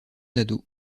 nadeau